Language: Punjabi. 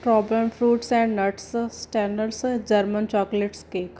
problem fruits and nuts standards German chocolate cake